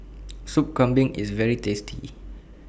Sup Kambing IS very tasty